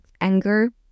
anger